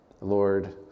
lord